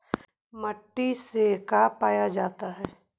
माटी से का पाया जाता है?